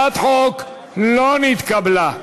הצעת החוק לא נתקבלה.